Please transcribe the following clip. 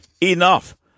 enough